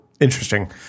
Interesting